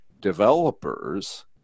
developers